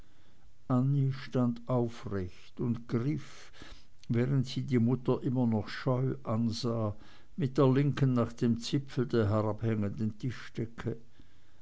stand aufrecht und griff während sie die mutter immer noch scheu ansah mit der linken nach dem zipfel der herabhängenden